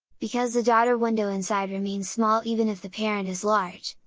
because the daughter window inside remains small even if the parent is large,